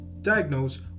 diagnose